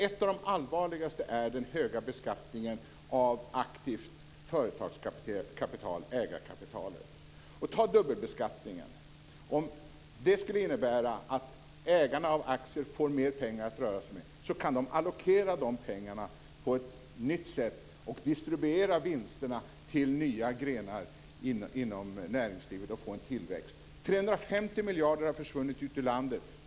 Ett av de allvarligaste är den höga beskattningen av aktivt företagskapital, ägarkapitalet. Ta dubbelbeskattningen. Om det skulle innebära att ägare av aktier fick mer pengar att röra sig med kunde de allokera de pengarna på ett nytt sätt, distribuera vinsterna till nya grenar inom näringslivet och få en tillväxt. 350 miljarder har försvunnit ut ur landet.